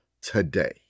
today